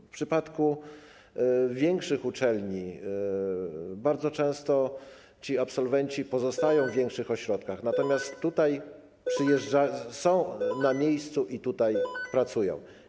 W przypadku większych uczelni bardzo często absolwenci pozostają w większych ośrodkach, natomiast tutaj są na miejscu i tutaj pracują.